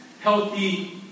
healthy